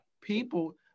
People